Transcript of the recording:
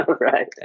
right